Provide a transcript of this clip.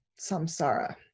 samsara